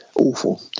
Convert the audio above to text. awful